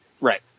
Right